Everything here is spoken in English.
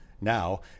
Now